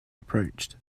approached